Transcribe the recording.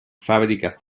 fábricas